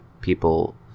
people